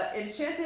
enchanted